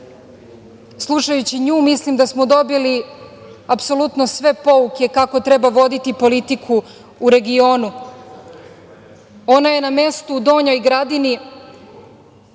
slušajući nju, mislim da smo dobili apsolutno sve pouke kako treba voditi politiku u regionu. Ona je na mestu u Donjoj Gradini